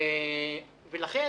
ולכן